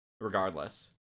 regardless